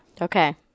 Okay